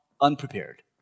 unprepared